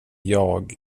jag